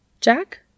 Jack